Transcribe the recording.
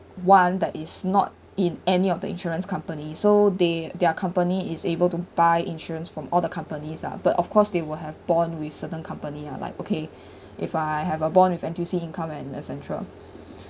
one that is not in any of the insurance company so they their company is able to buy insurance from all the companies lah but of course they will have bond with certain company lah like okay if I have a bond with N_T_U_C income and etcetera